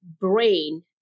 brain